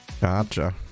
Gotcha